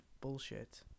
bullshit